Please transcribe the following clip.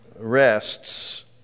rests